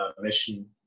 mission